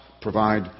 provide